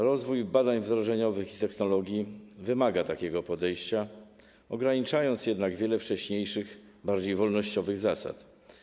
Rozwój badań wdrożeniowych i technologii wymaga takiego podejścia, ograniczając jednak wiele wcześniejszych, bardziej wolnościowych zasad.